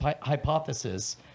hypothesis